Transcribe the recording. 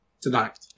tonight